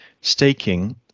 Staking